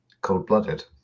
cold-blooded